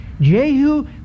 Jehu